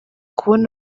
kubona